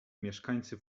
mieszkańcy